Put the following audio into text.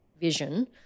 vision